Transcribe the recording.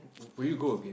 will you go again